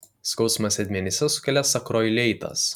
skausmą sėdmenyse sukelia sakroileitas